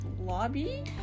lobby